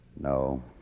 No